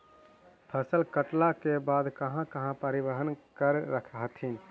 फसल कटल के बाद कहा कहा परिबहन कर हखिन?